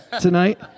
tonight